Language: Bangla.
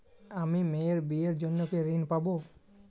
আমি মেয়ের বিয়ের জন্য কি ঋণ পাবো?